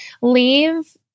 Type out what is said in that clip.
leave